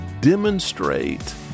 demonstrate